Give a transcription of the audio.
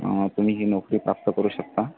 तुम्ही ही नोकरी प्राप्त करू शकता